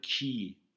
key